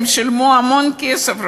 הם שילמו המון כסף,